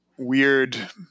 weird